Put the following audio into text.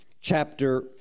chapter